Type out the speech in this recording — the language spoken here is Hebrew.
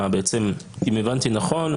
אם הבנתי נכון,